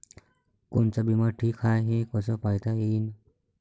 कोनचा बिमा ठीक हाय, हे कस पायता येईन?